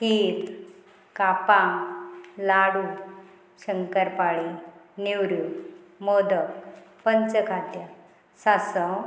खीर कापां लाडू शंकरपाळी नेवऱ्यो मोदक पंच खाद्या सासव